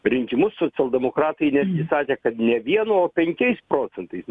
rinkimus socialdemokratai netgi sakė kad ne vienu o penkiais procentais